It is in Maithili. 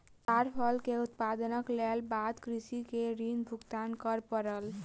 ताड़ फल के उत्पादनक बाद कृषक के ऋण भुगतान कर पड़ल